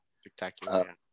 spectacular